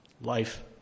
Life